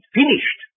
Finished